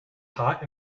hot